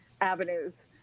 avenues